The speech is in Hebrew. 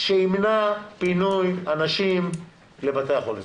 שימנע פינוי אנשים לבתי החולים.